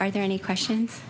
are there any questions